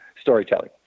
storytelling